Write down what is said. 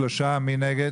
3. מי נגד?